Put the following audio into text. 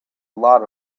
lot